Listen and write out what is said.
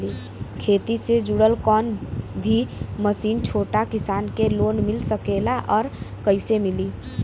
खेती से जुड़ल कौन भी मशीन छोटा किसान के लोन मिल सकेला और कइसे मिली?